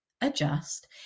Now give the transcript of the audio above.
adjust